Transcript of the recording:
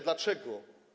Dlaczego?